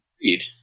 read